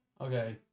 Okay